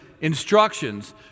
instructions